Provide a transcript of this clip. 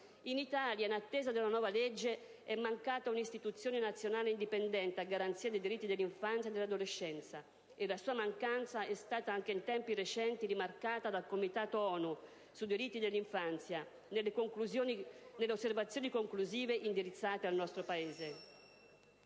In Italia, in attesa della nuova legge, è mancata un'Istituzione nazionale indipendente a garanzia dei diritti dell'infanzia e dell'adolescenza e la sua mancanza è stata, anche in tempi recenti, rimarcata dal Comitato ONU sui diritti dell'infanzia nelle «Osservazioni conclusive» indirizzate al nostro Paese.